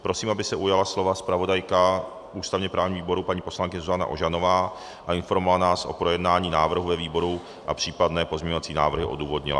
Prosím, aby se ujala slova zpravodajka ústavněprávního výboru paní poslankyně Zuzana Ožanová a informovala nás o projednání návrhu ve výboru a případné pozměňovací návrhy odůvodnila.